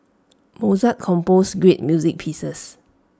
Mozart composed great music pieces